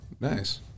Nice